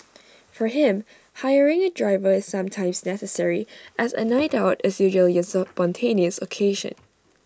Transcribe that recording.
for him hiring A driver is sometimes necessary as A night out is usually A spontaneous occasion